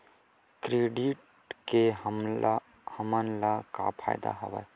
Credit ले हमन ला का फ़ायदा हवय?